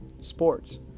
sports